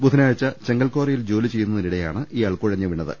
ബുധനാഴ്ച്ച ചെങ്കൽ കാറിയിൽ ജോലി ചെയ്യുന്നതിനിടെയാണ് ഇയാൾ കുഴഞ്ഞ് വീണത്